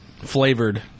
flavored